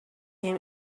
him